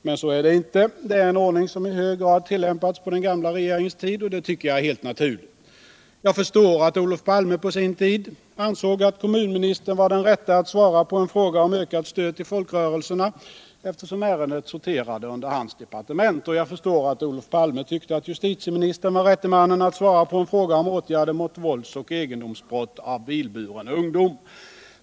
Men så är det inte. Det är en ordning som i hög grad tillämpades på den gamla regeringens tid, och det tycker jag är helt naturligt. Jag förstår att Olof Palme på sin tid ansåg att kommunministern var den rätte att svara på en fråga om ökat stöd till folkrörelserna, eftersom ärendet sorterade under hans departement. Jag förstår också att Olof Palme tyckte att justitieministern var den rätte att svara på en fråga om åtgärder mot våldsoch egendomsbrott av bilburen ungdom.